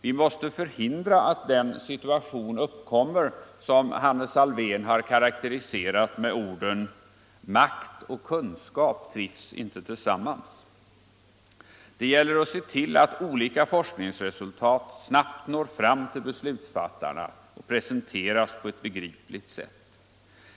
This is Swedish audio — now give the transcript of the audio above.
Vi måste förhindra att den situation uppkommer som Hannes Alfvén karakteriserat med orden: ”Makt och kunskap trivs inte tillsammans.” Det gäller att se till att olika forskningsresultat snabbt når fram till beslutsfattarna och presenteras på ett begripligt sätt.